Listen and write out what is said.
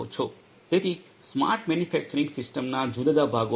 તેથી smart manufacturing સિસ્ટમના જુદા જુદા ભાગો છે